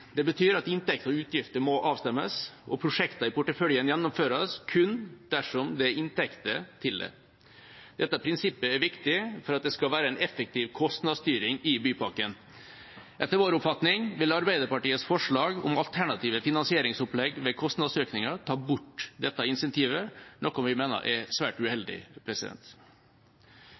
Det betyr at inntekter og utgifter må avstemmes. Prosjekter i porteføljen gjennomføres kun dersom det er inntekter til det. Dette prinsippet er viktig for at det skal være en effektiv kostnadsstyring av Bymiljøpakken. Etter vår oppfatning vil Arbeiderpartiets forslag om alternative finansieringsopplegg ved kostnadsøkninger ta bort dette incentivet, noe vi mener er svært uheldig.